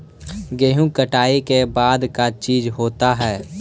गेहूं कटाई के बाद का चीज होता है?